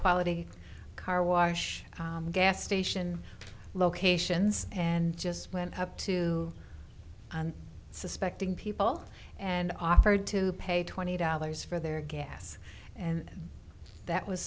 quality carwash gas station locations and just went up to suspecting people and offered to pay twenty dollars for their gas and that was